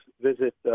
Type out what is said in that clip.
visit